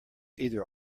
either